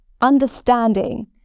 understanding